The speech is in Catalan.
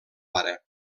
pare